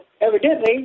Evidently